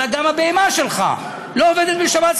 אלא גם הבהמה שלך לא עובדת בשבת.